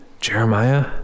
Jeremiah